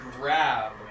grab